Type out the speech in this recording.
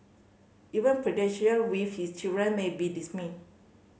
even with his children may be stymied